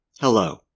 Hello